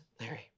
Larry